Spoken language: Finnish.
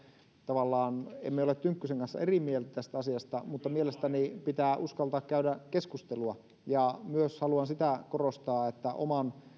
tavallaan emme ole tynkkysen kanssa eri mieltä tästä asiasta mutta mielestäni pitää uskaltaa käydä keskustelua ja myös haluan sitä korostaa että oman